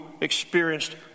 experienced